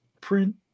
print